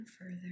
further